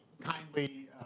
kindly